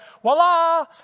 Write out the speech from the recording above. voila